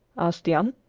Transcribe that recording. asked jan,